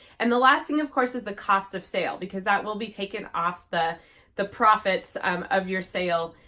and the last thing of course is the cost of sale because that will be taken off the the profits um of your sale,